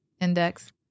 index